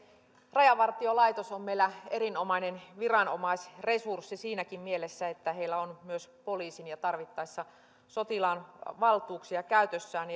rajavartiolaitos on meillä erinomainen viranomaisresurssi siinäkin mielessä että heillä on myös poliisin ja tarvittaessa sotilaan valtuuksia käytössään